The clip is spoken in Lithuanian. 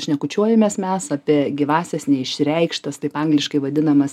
šnekučiuojamės mes apie gyvąsias neišreikštas taip angliškai vadinamas